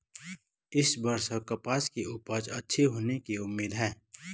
इस वर्ष कपास की उपज अच्छी होने की उम्मीद है